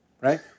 Right